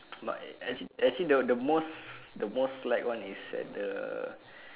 smart eh actually actually the the most the most slide one is at the